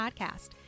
podcast